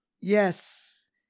Yes